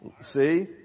See